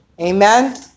Amen